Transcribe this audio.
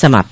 समाप्त